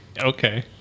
Okay